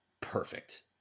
perfect